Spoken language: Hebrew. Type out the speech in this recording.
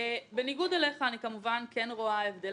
בניגוד אליך אני כמובן כן רואה הבדל.